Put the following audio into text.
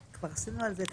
כבר עשינו על זה דיון.